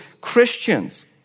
Christians